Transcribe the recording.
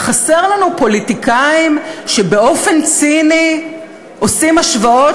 חסרים לנו פוליטיקאים שבאופן ציני עושים השוואת